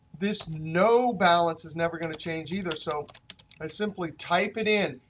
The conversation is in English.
this no balance is never going to change either, so i simply type it in.